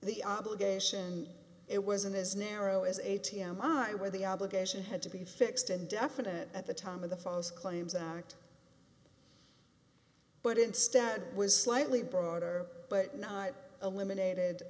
the obligation it wasn't as narrow as a t m are where the obligation had to be fixed and definite at the time of the false claims act but instead was slightly broader but not eliminated